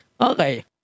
Okay